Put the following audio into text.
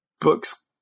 books